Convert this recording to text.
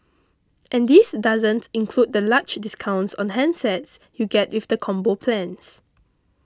and this doesn't include the large discounts on handsets you get with the Combo plans